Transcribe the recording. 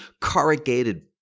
corrugated